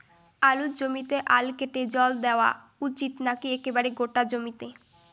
আলুর জমিতে আল কেটে জল দেওয়া উচিৎ নাকি একেবারে গোটা জমিতে?